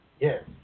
Yes